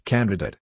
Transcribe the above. Candidate